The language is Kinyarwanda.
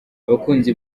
abakunzi